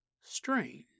Strange